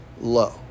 low